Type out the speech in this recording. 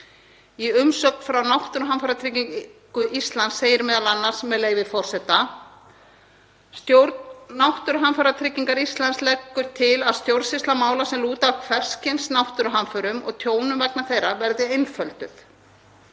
Í umsögn frá Náttúruhamfaratryggingu Íslands segir m.a., með leyfi forseta: „Stjórn Náttúruhamfaratryggingar Íslands leggur til að stjórnsýsla mála sem lúta að hvers kyns náttúruhamförum og tjónum vegna þeirra verði einfölduð.